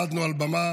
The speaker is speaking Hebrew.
עמדנו על הבמה